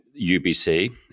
UBC